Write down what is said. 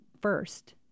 first